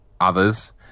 others